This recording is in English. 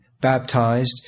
baptized